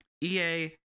EA